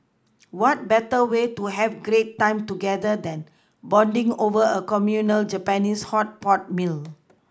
what better way to have great time together than bonding over a communal Japanese hot pot meal